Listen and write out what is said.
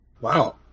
Wow